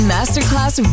Masterclass